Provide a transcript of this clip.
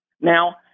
Now